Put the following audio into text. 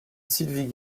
sylvie